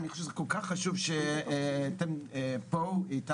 אני חושב שזה כל כך חשוב שאתם פה איתנו.